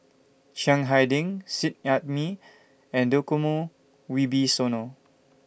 Chiang Hai Ding Seet Ai Mee and Djokomo Wibisono